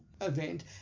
event